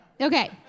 Okay